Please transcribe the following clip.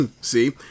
See